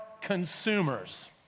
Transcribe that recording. consumers